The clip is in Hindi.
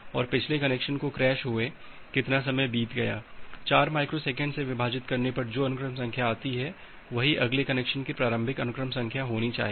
और पिछले कनेक्शन को क्रैश हुए कितना समय बीत गया 4 माइक्रोसेकंड से विभाजित करने पर जो अनुक्रम संख्या आती है वही अगले कनेक्शन की प्रारंभिक अनुक्रम संख्या होनी चाहिए